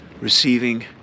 receiving